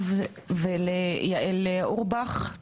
תודה לחברות פה שתפעלו את הזום,